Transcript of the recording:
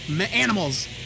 animals